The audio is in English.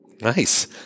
Nice